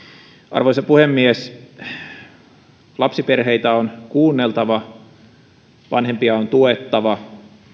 arvoisa puhemies lapsiperheitä on kuunneltava vanhempia on tuettava